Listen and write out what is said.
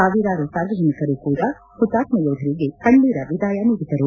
ಸಾವಿರಾರು ಸಾರ್ವಜನಿಕರು ಕೂಡ ಹುತಾತ್ಮ ಯೋಧರಿಗೆ ಕಣ್ಣೇರ ವಿದಾಯ ನೀಡಿದರು